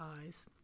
eyes